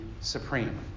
supreme